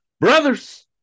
Brothers